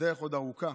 הדרך עוד ארוכה.